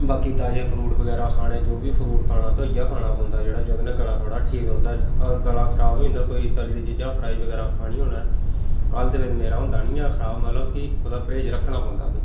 बाकी ताजे फरूट बगैरै खाने जो बी फरुट खाना धोइयै खाना पौंदा जेह्ड़ा जोह्दे कन्नै गला थोड़ा ठीक रौंह्दा अगर गला खराब होई जन्दा कोई तली दी चीजां फ्राई बगैरा खानी होऐ अल्ली ते मेरा होंदा नि ऐ खराब मतलब कि ओह्दा परहेज रक्खना पौंदा फ्ही